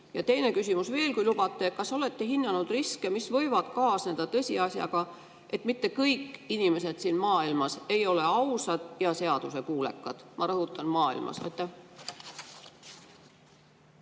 Ja teine küsimus veel, kui lubate. Kas olete hinnanud riske, mis võivad kaasneda tõsiasjaga, et mitte kõik inimesed siin maailmas ei ole ausad ja seaduskuulekad? Ma rõhutan: maailmas.